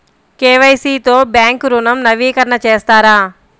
KYC తో bank ఋణం నవీకరణ చేస్తారా?